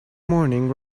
morning